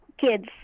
kids